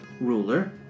ruler